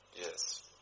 Yes